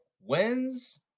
wins